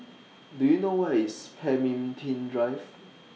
Do YOU know Where IS Pemimpin Drive